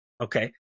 Okay